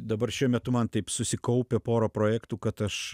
dabar šiuo metu man taip susikaupę pora projektų kad aš